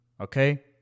Okay